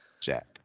Jack